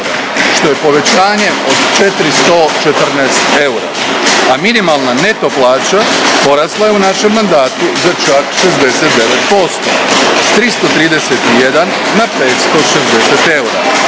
što je povećanje od 414 eura, a minimalna neto plaća porasla je u našem mandatu za čak 69%, s 331 na 560 eura